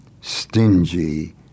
stingy